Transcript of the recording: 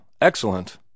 Excellent